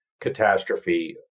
catastrophe